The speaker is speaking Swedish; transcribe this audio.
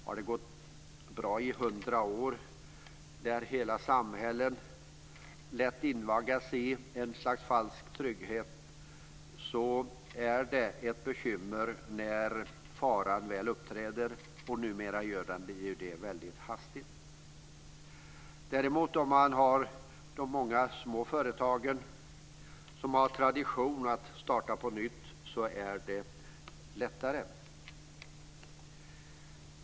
Det har gått bra i hundra år, och hela samhällen har låtit sig invaggas i något slags falsk trygghet. Men det blir bekymmer när faran väl uppträder, och numera gör den det väldigt hastigt. Om det däremot finns många små företag som har det som tradition att starta på nytt är det lättare.